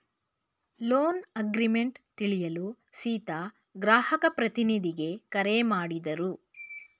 loan agreement ತಿಳಿಯಲು ಸೀತಾ ಗ್ರಾಹಕ ಪ್ರತಿನಿಧಿಗೆ ಕರೆ ಮಾಡಿದರು